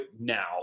now